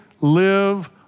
live